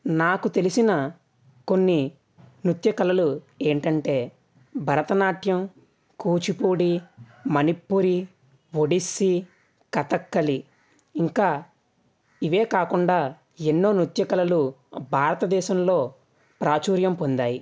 నాకు తెలిసిన కొన్ని నృత్య కళలు ఏంటంటే భరతనాట్యం కూచిపూడి మణిపురి ఒడిస్సి కథకళి ఇంకా ఇవే కాకుండా ఎన్నో నృత్య కళలు భారతదేశంలో ప్రాచుర్యం పొందాయి